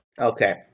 Okay